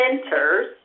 centers